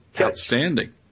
outstanding